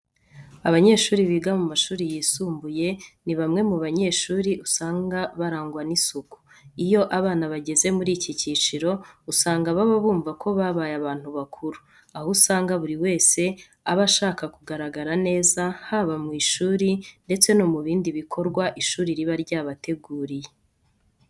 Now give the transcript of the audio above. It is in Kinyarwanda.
Abanyeshuri biga mu mashuri yisumbuye ni bamwe mu banyeshuri usanga barangwa n'isuku. Iyo abana bageze muri iki cyiciro, usanga baba bumva ko babaye abantu bakuru, aho usanga buri wese aba ashaka kugaragara neza haba mu ishuri ndetse no mu bindi bikorwa ishuri riba ryarabateguriye.